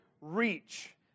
reach